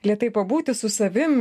lėtai pabūti su savim